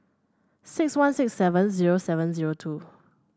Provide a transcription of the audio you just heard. six one six seven zero seven zero two